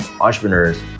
entrepreneurs